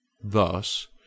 Thus